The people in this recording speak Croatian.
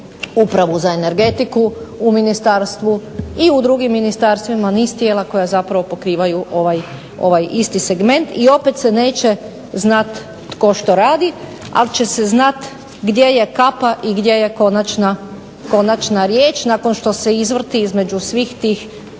Upravu za energetiku u ministarstvu i u drugim ministarstvima. Niz tijela koja zapravo pokrivaju ovaj isti segment i opet se neće znati tko što radi, ali će se znati gdje je kapa i gdje je konačna riječ nakon što se izvrti između svih tih